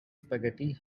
spaghetti